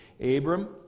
Abram